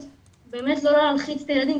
באמת לא להלחיץ את הילדים,